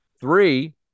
Three